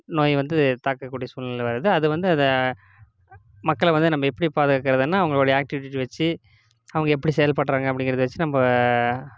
நோய் வந்து தாக்கக்கூடிய சூழ்நிலை வருது அது வந்து அதை மக்களை வந்து நம்ம எப்படி பாதுகாக்கறதுன்னா அவங்களுடைய ஆக்ட்டிவிட்டியை வெச்சு அவங்க எப்படி செயல்படுறாங்க அப்படிங்கிறத வெச்சு நம்ம